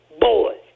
boys